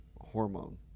hormone